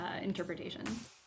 interpretations